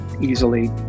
easily